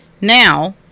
Now